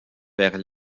vers